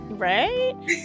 Right